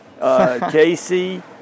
Casey